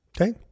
Okay